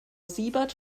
siebert